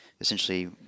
essentially